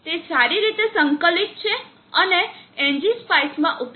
તે સારી રીતે સંકલિત છે અને એનજીસ્પાઈસ માં ઉપલબ્ધ છે